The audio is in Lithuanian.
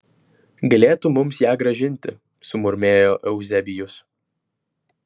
galėtų mums ją grąžinti sumurmėjo euzebijus